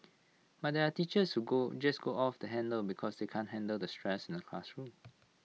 but there are teachers who go just go off the handle because they can't handle the stress in the classroom